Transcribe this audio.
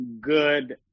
good